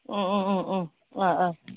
उम उम उम